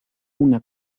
una